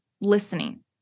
listening